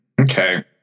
Okay